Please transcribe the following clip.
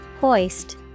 Hoist